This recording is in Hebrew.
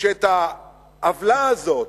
שאת העוולה הזאת,